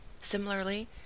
Similarly